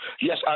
Yes